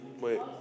Wait